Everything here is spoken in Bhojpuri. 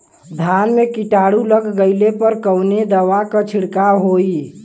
धान में कीटाणु लग गईले पर कवने दवा क छिड़काव होई?